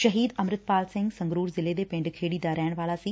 ਸ਼ਹੀਦ ਅੰਮ੍ਰਿਤਪਾਲ ਸਿੰਘ ਸੰਗਰੂਰ ਜ਼ਿਲ੍ਹੇ ਦੇ ਪਿੰਡ ਖੇੜੀ ਦਾ ਰਹਿਣ ਵਾਲਾ ਸੀ